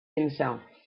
himself